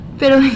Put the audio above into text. pero